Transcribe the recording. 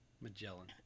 Magellan